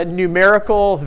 numerical